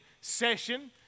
session